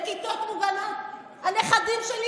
בכיתות מוגנות הנכדים שלי,